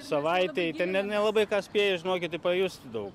savaitei tai ne nelabai ką spėji žinokit i pajusti daug